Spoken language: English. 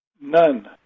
None